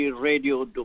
Radio